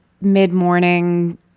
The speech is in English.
mid-morning